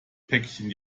päckchen